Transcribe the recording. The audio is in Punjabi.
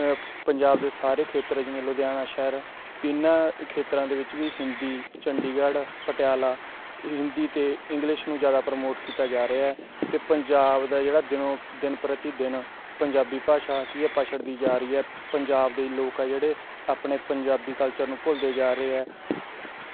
ਅ ਪੰਜਾਬ ਦੇ ਸਾਰੇ ਖੇਤਰ ਜਿਵੇਂ ਲੁਧਿਆਣਾ ਸ਼ਹਿਰ ਇਹਨਾਂ ਖੇਤਰਾਂ ਦੇ ਵਿੱਚ ਵੀ ਹਿੰਦੀ ਚੰਡੀਗੜ੍ਹ ਪਟਿਆਲਾ ਹਿੰਦੀ ਅਤੇ ਇੰਗਲਿਸ਼ ਨੂੰ ਜ਼ਿਆਦਾ ਪ੍ਰਮੋਟ ਕੀਤਾ ਜਾ ਰਿਹਾ ਅਤੇ ਪੰਜਾਬ ਦਾ ਜਿਹੜਾ ਦਿਨੋਂ ਦਿਨ ਪ੍ਰਤੀ ਦਿਨ ਪੰਜਾਬੀ ਭਾਸ਼ਾ ਕੀ ਆ ਪਛੜਦੀ ਜਾ ਰਹੀ ਹੈ ਪੰਜਾਬ ਦੇ ਲੋਕ ਆ ਜਿਹੜੇ ਆਪਣੇ ਪੰਜਾਬੀ ਕਲਚਰ ਨੂੰ ਭੁੱਲਦੇ ਜਾ ਰਹੇ ਆ